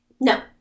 No